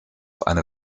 eine